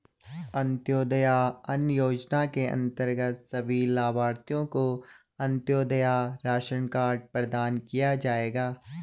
अंत्योदय अन्न योजना के अंतर्गत सभी लाभार्थियों को अंत्योदय राशन कार्ड प्रदान किया जाएगा